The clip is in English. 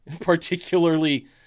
Particularly